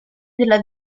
della